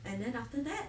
and then after that